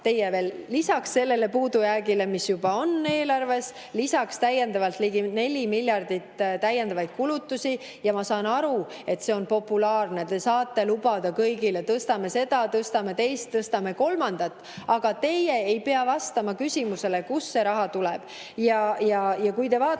teie lisaks sellele puudujäägile, mis juba on eelarves, [kavatseksite katta] veel ligi 4 miljardi jagu täiendavaid kulutusi. Ma saan aru, et see on populaarne, te saate lubada kõigile, et tõstame seda, tõstame teist ja tõstame kolmandat. Aga teie ei pea vastama küsimusele, kust see raha tuleb. Vaatame